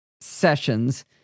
sessions